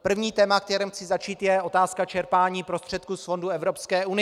První téma, kterým chci začít, je otázka čerpání prostředků z fondů Evropské unie.